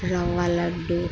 రవ laddu